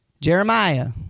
Jeremiah